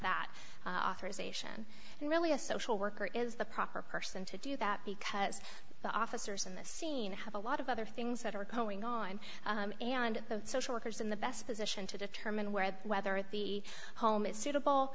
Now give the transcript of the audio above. that offers ation and really a social worker is the proper person to do that because the officers on the scene have a lot of other things that are going on and the social workers in the best position to determine where whether the home is suitable